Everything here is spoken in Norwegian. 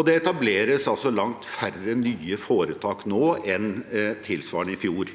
det etableres langt færre nye foretak nå enn tilsvarende i fjor.